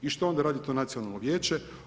I što onda radi to nacionalno vijeće?